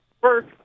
First